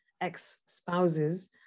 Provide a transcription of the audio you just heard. ex-spouses